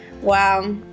Wow